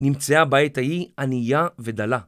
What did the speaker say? נמצא בעת ההיא ענייה ודלה.